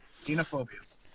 Xenophobia